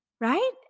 right